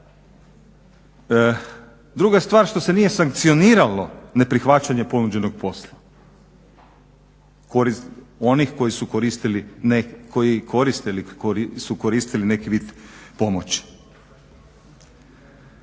Druga stvar što se nije sankcioniralo neprihvaćanje ponuđenog posla onih koji koriste ili su koristili neki vid pomoći.